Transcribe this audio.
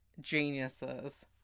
geniuses